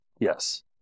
Yes